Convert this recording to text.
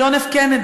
ג'ון פ' קנדי,